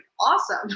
awesome